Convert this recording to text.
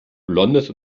blondes